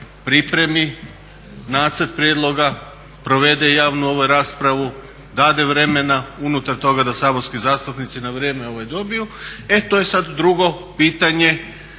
pripremi nacrt prijedloga, provede javnu ovu raspravu, dade vremena unutar toga da saborski zastupnici na vrijeme dobiju. E to je sad drugo pitanje